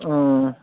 अँ